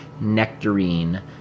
nectarine